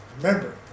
remember